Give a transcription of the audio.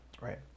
Right